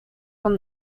from